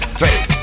three